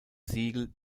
siegel